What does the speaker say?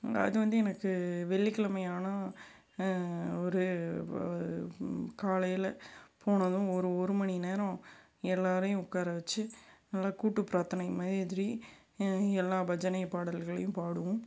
அது வந்து எனக்கு வெள்ளிக்கிழைமையானா ஒரு காலையில் போனதும் ஒரு ஒரு மணி நேரம் எல்லாரையும் உட்கார வெச்சு நல்லா கூட்டு பிராத்தனை மாதிரி எல்லா பஜனை பாடல்களையும் பாடுவோம்